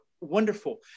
wonderful